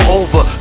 over